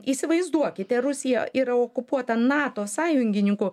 įsivaizduokite rusija yra okupuota nato sąjungininkų